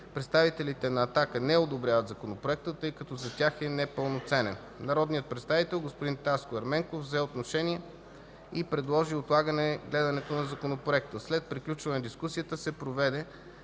Представителите на „Атака” не одобряват законопроекта, тъй като за тях е непълноценен. Народният представител господин Таско Ерменков взе отношение и предложи отлагане гледането на законопроекта. След приключване на дискусията се проведе